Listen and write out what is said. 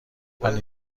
وقتی